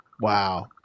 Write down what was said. wow